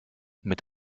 mit